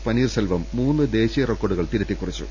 പനീർശെൽവം മൂന്ന് ദേശീയ റെക്കോർഡുകൾ തിരുത്തിക്കുറിച്ചു